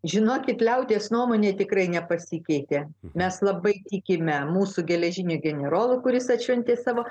žinokit liaudies nuomonė tikrai nepasikeitė mes labai tikime mūsų geležinių generolu kuris atšventė savo